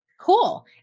Cool